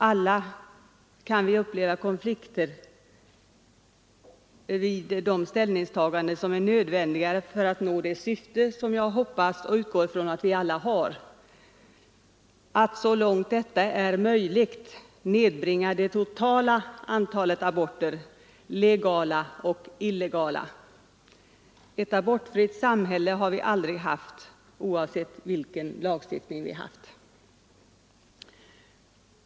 Alla kan vi uppleva konflikter vid de ställningstaganden som är nödvändiga för att nå det syfte som jag hoppas — och utgår från — att vi alla har: att så långt detta är möjligt nedbringa det totala antalet aborter, legala och illegala. Ett abortfritt samhälle har vi aldrig haft, oavsett vilken abortlagstiftning som funnits.